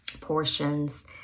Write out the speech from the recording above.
portions